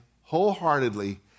wholeheartedly